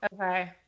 Okay